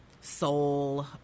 soul